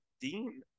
Dean